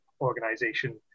organization